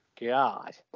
God